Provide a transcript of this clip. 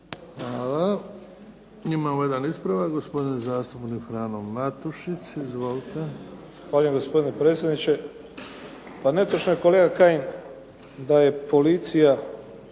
Hvala. Imamo jedan ispravak. Gospodin zastupnik Frano Matušić, izvolite. **Matušić, Frano (HDZ)** Zahvaljujem gospodine predsjedniče. Pa netočno je kolega Kajin da je policija